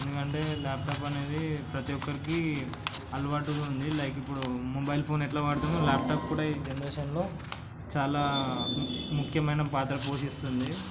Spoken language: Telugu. ఎందుకంటే ల్యాప్టాప్ అనేది ప్రతి ఒక్కరికి అలవాటు ఉంది లైక్ ఇప్పుడు మొబైల్ ఫోన్ ఎట్లా వాడతారో ల్యాప్టాప్ కూడా ఈ జనరేషన్లో చాలా ముఖ్యమైన పాత్ర పోషిస్తుంది